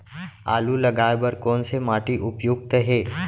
आलू लगाय बर कोन से माटी उपयुक्त हे?